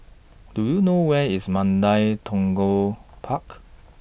Do YOU know Where IS Mandai Tekong Park